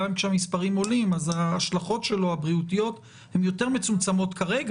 גם כשהמספרים עולים אז ההשלכות שלו הבריאותיות הן יותר מצומצמות כרגע,